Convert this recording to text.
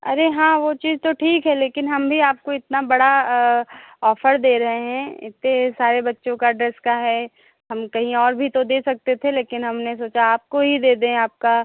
अरे हाँ वह चीज़ तो ठीक है लेकिन हम भी आपको इतना बड़ा ऑफ़र दे रहे हैं इतने सारे बच्चों का ड्रेस का है हम कहीं और भी तो दे सकते थे लेकिन हमने सोचा आपको ही दे दें आपका